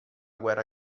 guerra